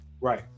right